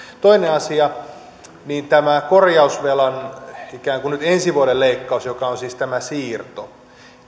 toinen asia tämä korjausvelan ikään kuin nyt ensi vuoden leikkaus joka on siis tämä siirto